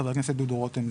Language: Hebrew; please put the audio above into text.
חבר הכנסת דודו רותם,